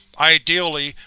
ideally,